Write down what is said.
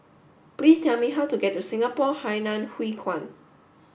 please tell me how to get to Singapore Hainan Hwee Kuan